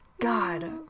God